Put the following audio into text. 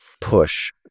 push